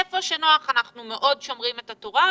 איפה שנוח אנחנו מאוד שומרים את התורה,